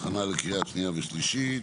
הכנה לקריאה שנייה ושלישית.